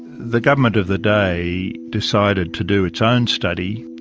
the government of the day decided to do its own study,